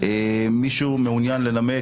מישהו מעוניין לנמק?